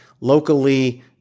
locally